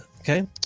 Okay